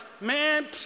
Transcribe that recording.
man